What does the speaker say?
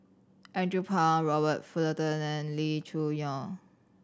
Andrew Phang Robert Fullerton and Lee Choo Neo